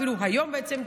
אפילו היום בעצם,